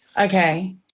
okay